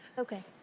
okay.